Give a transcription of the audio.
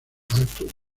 alto